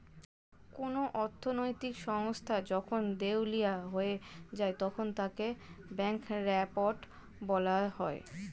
কোন অর্থনৈতিক সংস্থা যখন দেউলিয়া হয়ে যায় তখন তাকে ব্যাঙ্করাপ্ট বলা হয়